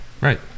Right